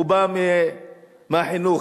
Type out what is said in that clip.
שבא מהחינוך,